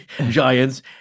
giants